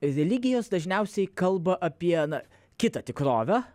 religijos dažniausiai kalba apie na kitą tikrovę